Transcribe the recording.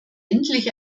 endlich